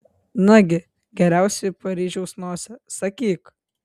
nagi geriausioji paryžiaus nosie sakyk